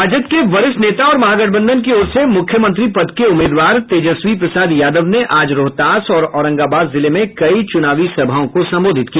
राजद के वरिष्ठ नेता और महागठबंधन की ओर से मुख्यमंत्री पद के उम्मीदवार तेजस्वी प्रसाद यादव ने आज रोहतास और औरंगाबाद जिले में कई चुनावी सभाओं को संबोधित किया